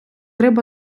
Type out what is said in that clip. риба